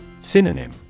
Synonym